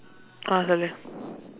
ah சொல்லு:sollu